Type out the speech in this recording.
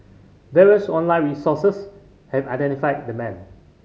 various online sources have identified the man